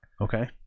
Okay